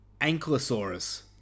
Ankylosaurus